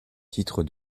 titre